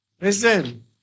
listen